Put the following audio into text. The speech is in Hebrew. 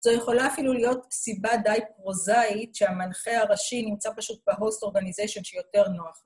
זו יכולה אפילו להיות סיבה די פרוזאית שהמנחה הראשי נמצא פשוט בהוסט אורגניזיישן שיותר נוח.